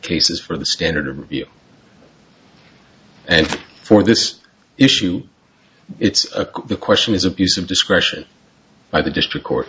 cases for the standard and for this issue it's the question is abuse of discretion by the district court